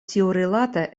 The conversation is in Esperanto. tiurilate